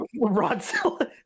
Rodzilla